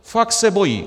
Fakt se bojí!